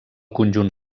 conjunt